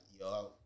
yo